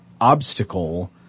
obstacle